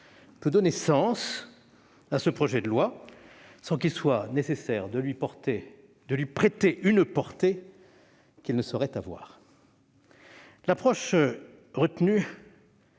peut donner sens à ce projet de loi, sans qu'il soit nécessaire de lui prêter une portée qu'il ne saurait avoir. L'approche retenue